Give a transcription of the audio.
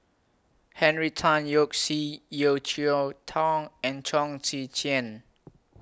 Henry Tan Yoke See Yeo Cheow Tong and Chong Tze Chien